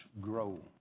grow